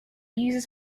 uses